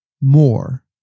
more